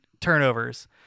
turnovers